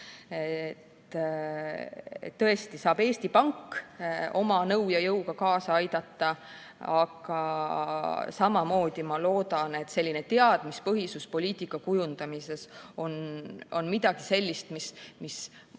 Tõesti, Eesti Pank saab oma nõu ja jõuga kaasa aidata, aga ma loodan, et selline teadmispõhisus poliitika kujundamises on midagi sellist, mis